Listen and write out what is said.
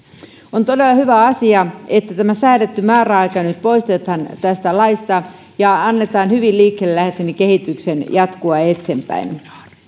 on todella hyvä asia että tämä säädetty määräaika nyt poistetaan tästä laista ja annetaan hyvin liikkeelle lähteneen kehityksen jatkua eteenpäin